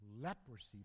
leprosy